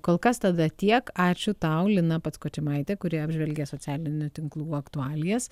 kol kas tada tiek ačiū tau lina patskočimaitė kuri apžvelgė socialinių tinklų aktualijas